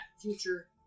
future